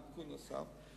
על עדכון נוסף,